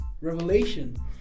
Revelation